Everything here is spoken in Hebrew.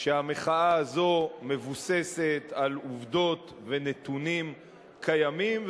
שהמחאה הזו מבוססת על עובדות ונתונים קיימים,